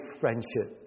friendship